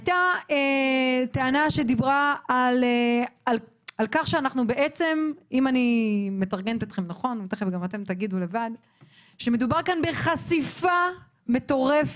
הייתה גם טענה שדיברה על כך שבעצם מדובר כאן בחשיפה מטורפת,